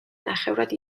ნახევრად